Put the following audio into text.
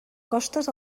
costes